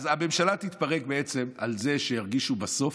אז הממשלה תתפרק בעצם על זה שירגישו בסוף,